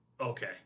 Okay